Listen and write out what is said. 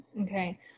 Okay